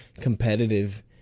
competitive